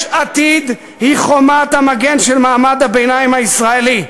יש עתיד היא חומת המגן של מעמד הביניים הישראלי.